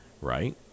right